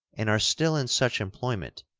and are still in such employment,